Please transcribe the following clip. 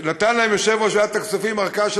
נתן להם יושב-ראש ועדת הכספים ארכה של